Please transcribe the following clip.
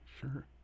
Sure